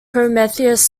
prometheus